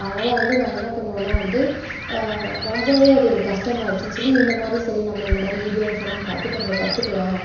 அதனால் வந்து நான் என்ன பண்ணுவேன்னால் வந்து ரொம்பவே அது எனக்கு கஷ்டமாயிடுச்சின்னு சொல்லி இந்த மாதிரி சரி நம்ம இந்த மாதிரி வீடியோஸெல்லாம் பார்த்து கொஞ்சம் கற்றுக்கலாம்